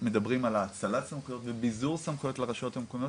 שמדברים על האצלת סמכויות וביזור סמכויות לרשויות המקומיות,